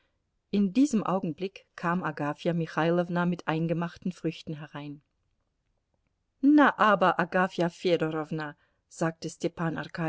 in diesem augenblick kam agafja michailowna mit eingemachten früchten herein na aber agafja fedorowna sagte